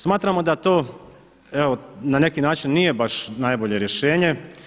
Smatramo da to, evo na neki način nije baš najbolje rješenje.